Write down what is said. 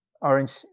orange